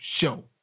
show